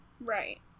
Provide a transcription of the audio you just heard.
Right